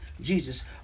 Jesus